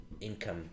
income